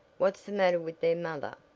what's the matter with their mother?